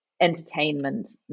Entertainment